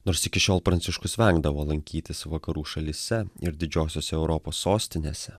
nors iki šiol pranciškus vengdavo lankytis vakarų šalyse ir didžiosiose europos sostinėse